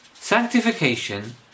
Sanctification